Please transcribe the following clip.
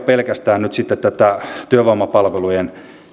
pelkästään tätä työvoimapalvelujen